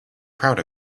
proud